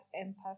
empathy